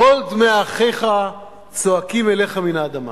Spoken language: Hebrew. קול דמי אחיך צועקים אליך מן האדמה